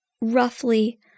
roughly